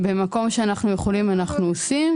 במקום שאנחנו יכולים אנחנו עושים.